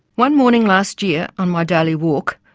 one morning last year on my daily walk,